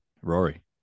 Rory